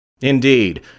Indeed